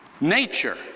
nature